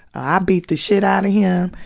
i bit the shit outta him,